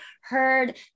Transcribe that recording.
heard